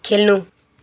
खेल्नु